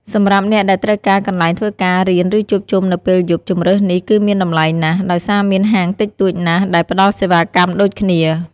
សម្រាប់អ្នកដែលត្រូវការកន្លែងធ្វើការ រៀន ឬជួបជុំនៅពេលយប់ ជម្រើសនេះគឺមានតម្លៃណាស់ ដោយសារមានហាងតិចតួចណាស់ដែលផ្តល់សេវាកម្មដូចគ្នា។